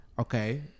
Okay